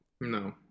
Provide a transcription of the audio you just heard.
no